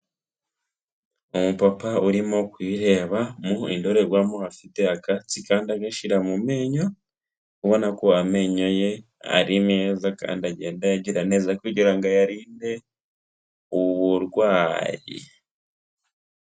Umupapa urimo kuyireba mu indorerwamo afite akatsi kandi agashyirara mu menyo ubona ko amenyo ye ari meza kandi agenda ayagira neza kugira ngo ayarinde uburwayi.